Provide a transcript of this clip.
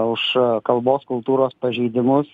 už kalbos kultūros pažeidimus